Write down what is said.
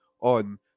on